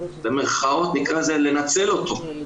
במרכאות נקרא לזה, לנצל אותו וחבל.